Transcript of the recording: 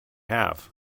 have